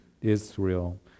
israel